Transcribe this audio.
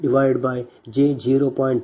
0 j0